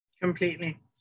Completely